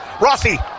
Rossi